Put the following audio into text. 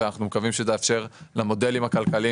ואנחנו מקווים שזה יאפשר למודלים הכלכליים